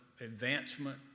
advancement